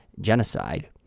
genocide